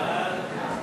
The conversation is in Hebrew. ההצעה להעביר